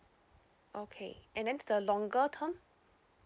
okay and then the longer term